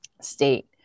state